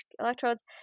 electrodes